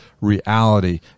Reality